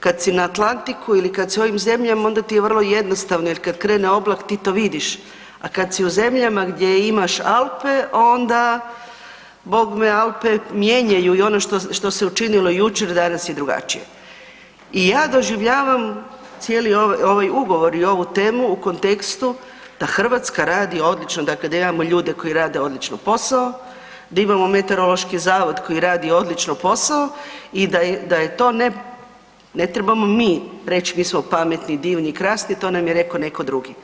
kad si na Atlantiku ili kad su u ovim zemljama, onda ti je vrlo jednostavno jer kad krene oblak ti to vidiš, a kad si u zemljama gdje imaš Alpe, onda bogme, Alpe mijenjaju i ono što se učinilo jučer, danas je drugačije i ja doživljavam cijeli ovaj ugovor i ovu temu u kontekstu da Hrvatska radi odlično, dakle da imamo ljude koji rade odlično posao, da imamo Meteorološki zavod koji radi odlično posao i da je to ne, ne trebamo mi reći, mi smo pametni, divni i krasni, to nam je rekao netko drugi.